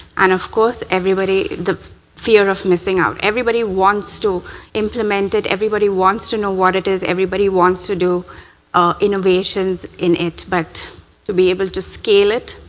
and of course, the fear of missing out. everybody wants to implement it. everybody wants to know what it is. everybody wants to do innovations in it, but to be able to scale it,